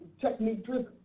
technique-driven